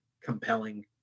compelling